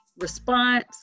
response